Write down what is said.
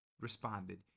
responded